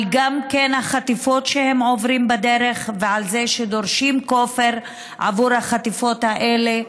גם על החטיפות שעברו בדרך ועל זה שדורשים כופר בעבור החטיפות האלה,